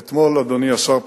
אדוני השר,